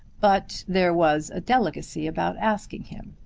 but there was a delicacy about asking him.